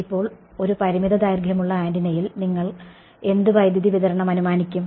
ഇപ്പോൾ ഒരു പരിമിത ദൈർഘ്യമുള്ള ആന്റിനയിൽ നിങ്ങൾ എന്ത് വൈദ്യുതി വിതരണം അനുമാനിക്കും